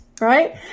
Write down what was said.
right